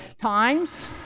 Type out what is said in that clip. times